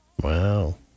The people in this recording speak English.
Wow